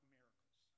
miracles